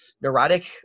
neurotic